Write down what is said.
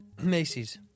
Macy's